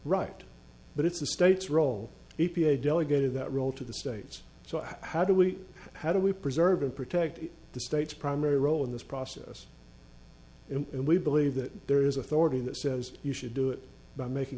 right but it's the state's role e p a delegated that role to the states so how do we how do we preserve and protect the state's primary role in this process it we believe that there is authority that says you should do it by making